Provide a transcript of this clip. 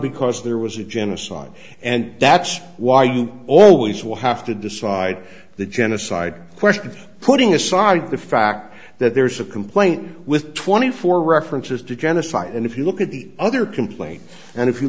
because there was a genocide and that's why you always will have to decide the genocide question putting aside the fact that there's a complaint with twenty four references to genocide and if you look at the other complaint and if you